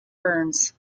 burns